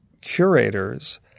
curators